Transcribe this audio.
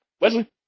Wesley